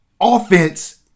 offense